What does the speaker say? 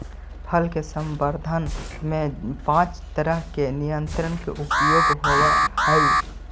फल के संवर्धन में पाँच तरह के नियंत्रक के उपयोग होवऽ हई